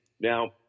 Now –